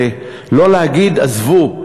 ולא להגיד: עזבו,